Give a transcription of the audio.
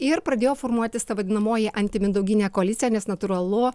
ir pradėjo formuotis ta vadinamoji antimindauginė koalicija nes natūralu